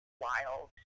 wild